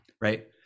right